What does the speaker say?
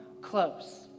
close